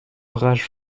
rage